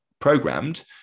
programmed